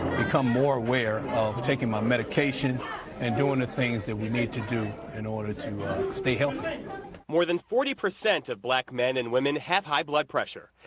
become more aware of taking my medication and doing the things that we need to do in order to stay healthy. reporter more than forty percent of black men and women have high blood pressure.